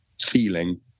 feeling